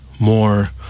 more